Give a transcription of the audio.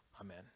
Amen